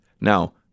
Now